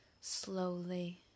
slowly